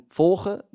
volgen